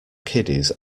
kiddies